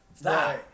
Stop